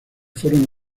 fueron